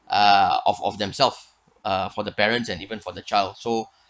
uh of of themselves uh for the parents and even for the child so